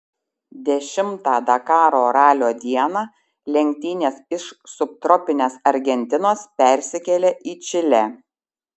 dešimtą dakaro ralio dieną lenktynės iš subtropinės argentinos persikėlė į čilę